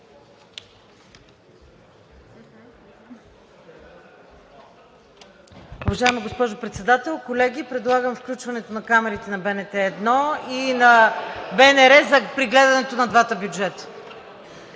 Уважаема госпожо Председател, колеги! Предлагам включването на камерите на БНТ 1 и на БНР при гледането на двата бюджета.